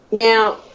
Now